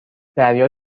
دریا